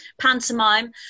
pantomime